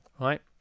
right